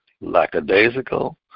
lackadaisical